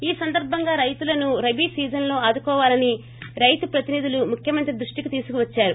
ఈ సందర్భంగా రైతులను రబీ సీజన్లో ఆదుకోవాలని రైతు ప్రతినిధులు ముఖ్యమంత్రి దృష్టికి తీసుకువద్సారు